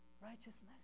righteousness